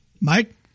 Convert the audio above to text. Mike